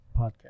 Podcast